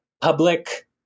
public